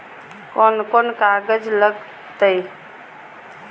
कौन कौन कागज लग तय?